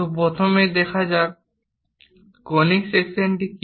তো প্রথমেই দেখা যাক কনিক সেকশন কি